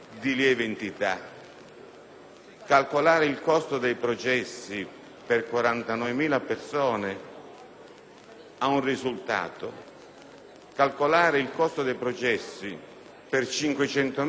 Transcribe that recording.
Calcolare il costo dei processi per 49.000 persone porta ad un risultato; calcolare il costo dei processi per 500.000 persone, quanto è